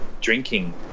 drinking